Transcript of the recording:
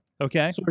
okay